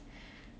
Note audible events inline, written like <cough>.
<breath>